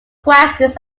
questions